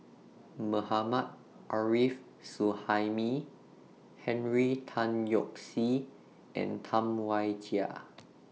Mohammad Arif Suhaimi Henry Tan Yoke See and Tam Wai Jia